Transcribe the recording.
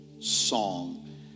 song